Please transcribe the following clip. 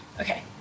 Okay